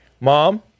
mom